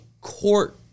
court